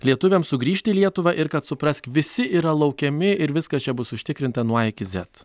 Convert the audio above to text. lietuviams sugrįžti į lietuvą ir kad suprask visi yra laukiami ir viskas čia bus užtikrinta nuo a iki zet